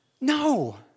No